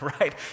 Right